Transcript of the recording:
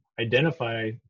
identify